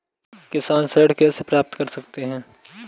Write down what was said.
किसान ऋण कैसे प्राप्त कर सकते हैं?